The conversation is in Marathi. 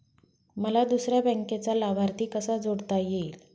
मला दुसऱ्या बँकेचा लाभार्थी कसा जोडता येईल?